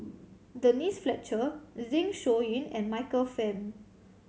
Denise Fletcher Zeng Shouyin and Michael Fam